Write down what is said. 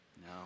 No